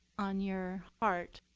on your heart